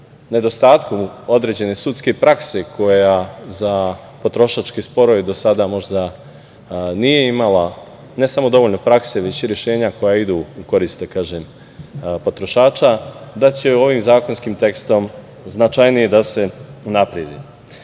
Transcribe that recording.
nedostatku određene sudske prakse koja za potrošačke sporove do sada možda nije imala ne samo dovoljno prakse, već i rešenja koja idu u korist potrošača, da će ovim zakonskim tekstom značajnije da se unaprede. Ovo